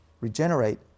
regenerate